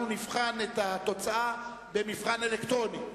אנחנו נבחן את התוצאה במבחן אלקטרוני,